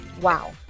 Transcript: wow